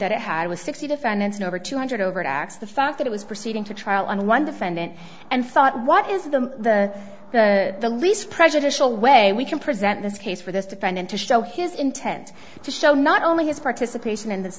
that it had with sixty defendants and over two hundred overt acts the fact that it was proceeding to trial on one defendant and thought what is the the the least prejudicial way we can present this case for this defendant to show his intent to show not only his participation in this